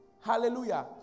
Hallelujah